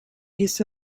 his